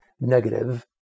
negative